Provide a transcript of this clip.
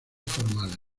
formales